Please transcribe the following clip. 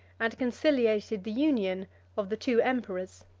and conciliated the union of the two emperors.